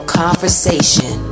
conversation